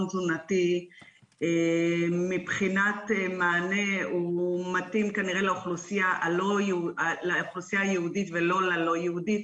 תזונתי מבחינת מענה מתאים כנראה לאוכלוסייה היהודית ולא ללא יהודית,